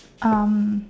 um